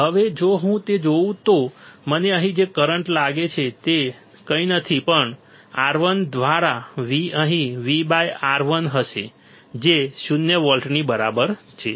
હવે જો હું તે જોઉં તો મને અહીં જે કરંટ લાગે છે તે કંઈ નથી પણ R1 દ્વારા V અહીં V R1 હશે જે શૂન્ય વોલ્ટની બરાબર છે